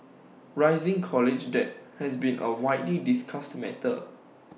rising college debt has been A widely discussed matter